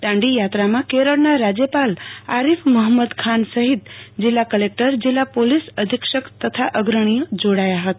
દાંડીયાત્રામાં કેરળના રાજ્યપાલ આરીફ મહંમદખાન સહિત જિલ્લા કલેકટરજિલ્લા પોલીસ અધીક્ષક સહિતના અગ્રણીઓ જોડાથા હતા